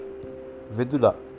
Vidula